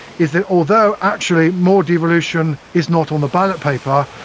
is that although actually more devolution is not on the ballot paper,